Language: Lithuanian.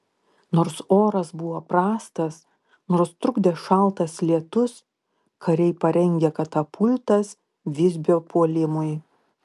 nors oras buvo prastas nors trukdė šaltas lietus kariai parengė katapultas visbio puolimui